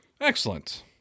Excellent